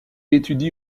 étudie